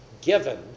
Given